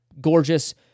gorgeous